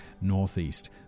northeast